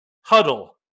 HUDDLE